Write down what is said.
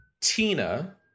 Tina